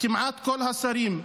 כמעט כל השרים,